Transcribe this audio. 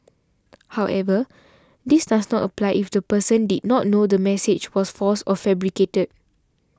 however this does not apply if the person did not know that the message was false or fabricated